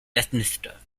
westminster